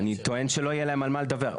טוען שלא יהיה להם על מה לדווח.